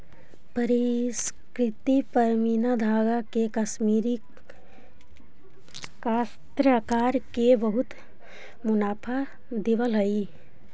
परिष्कृत पशमीना के धागा कश्मीरी काश्तकार के बहुत मुनाफा दिलावऽ हई